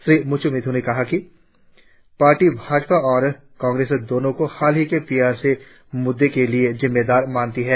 श्री मुत्वू मिथी ने कहा कि पार्टी भाजपा और कांग्रेस दोनों को हाल ही के पी आर सी मुद्दे के लिए जिम्मेदार मानती है